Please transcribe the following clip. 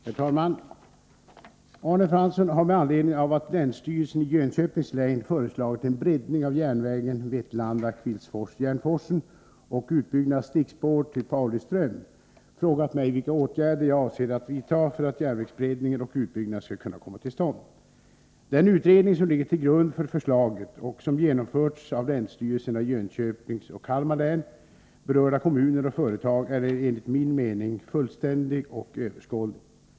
Herr talman! Arne Fransson har, med anledning av att länsstyrelsen i Jönköpings län föreslagit en breddning av järnvägen Vetlanda-Kvillsfors Järnforsen och utbyggnad av stickspår till Pauliström, frågat mig vilka åtgärder jag avser att vidta för att järnvägsbreddningen och utbyggnaden skall kunna komma till stånd. Den utredning som ligger till grund för förslaget och som genomförts av 129 länsstyrelserna i Jönköpings och Kalmar län, berörda kommuner och företag är enligt min mening fullständig och överskådlig.